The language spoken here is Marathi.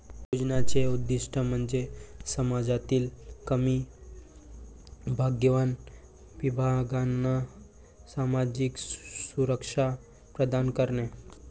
योजनांचे उद्दीष्ट म्हणजे समाजातील कमी भाग्यवान विभागांना सामाजिक सुरक्षा प्रदान करणे